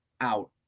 out